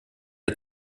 der